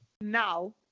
now